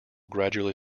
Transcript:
gradually